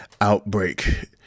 outbreak